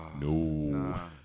no